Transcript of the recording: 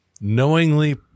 Knowingly